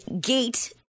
gate